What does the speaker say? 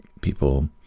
people